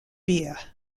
beer